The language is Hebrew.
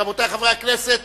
רבותי חברי הכנסת,